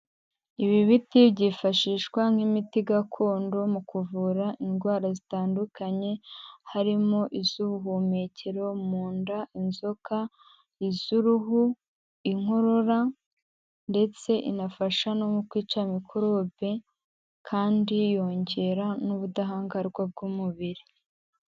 Ibi biti byifashishwa nk'imiti gakondo mu kuvura indwara zitandukanye, harimo iz'ubuhumekero, mu nda inzoka, iz'uruhu, inkorora ndetse inafasha no mu kwica mikorobe kandi yongera n'ubudahangarwa bw'umubiri.